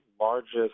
largest